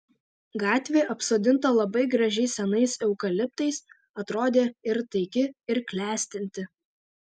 gatvė apsodinta labai gražiais senais eukaliptais atrodė ir taiki ir klestinti